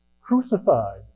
crucified